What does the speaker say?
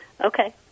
Okay